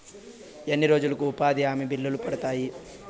ఎన్ని రోజులకు ఉపాధి హామీ బిల్లులు పడతాయి?